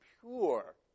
pure